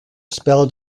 spelled